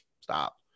stop